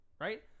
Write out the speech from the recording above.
right